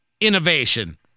innovation